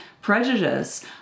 prejudice